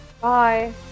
Bye